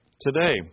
today